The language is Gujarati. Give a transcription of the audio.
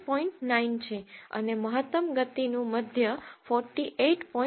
9 છે અને મહત્તમ ગતિનું મધ્ય 48